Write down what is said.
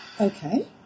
Okay